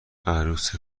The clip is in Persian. عروس